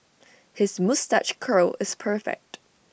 his moustache curl is perfect